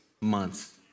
months